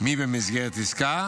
מי במסגרת עסקה